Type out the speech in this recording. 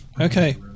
Okay